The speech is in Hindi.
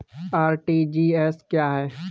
आर.टी.जी.एस क्या है?